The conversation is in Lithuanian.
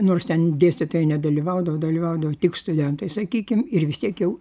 nors ten dėstytojai nedalyvaudavo dalyvaudavo tik studentai sakykim ir vis tiek jau